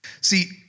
See